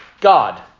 God